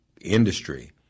industry